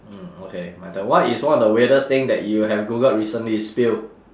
mm okay my turn what is one of the weirdest thing that you have googled recently spill